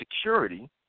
security